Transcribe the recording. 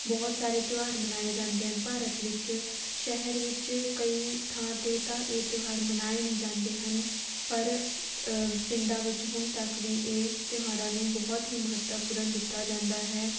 ਬਹੁਤ ਸਾਰੇ ਤਿਉਹਾਰ ਮਨਾਏ ਜਾਂਦੇ ਹਨ ਭਾਰਤ ਵਿੱਚ ਸ਼ਹਿਰ ਵਿੱਚ ਕਈ ਥਾਂ 'ਤੇ ਤਾਂ ਇਹ ਤਿਉਹਾਰ ਮਨਾਏ ਨਹੀਂ ਜਾਂਦੇ ਹਨ ਪਰ ਪਿੰਡਾਂ ਵਿੱਚ ਹੁਣ ਤੱਕ ਵੀ ਇਹ ਤਿਉਹਾਰਾਂ ਨੂੰ ਬਹੁਤ ਹੀ ਮਹੱਤਵਪੂਰਨ ਦਿੱਤਾ ਜਾਂਦਾ ਹੈ